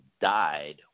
died